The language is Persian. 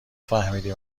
فهمیدی